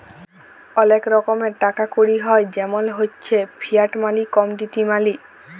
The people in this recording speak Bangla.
ওলেক রকমের টাকা কড়ি হ্য় জেমল হচ্যে ফিয়াট মালি, কমডিটি মালি